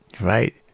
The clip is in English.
right